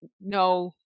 no